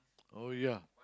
oh ya